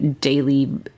daily